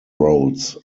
roads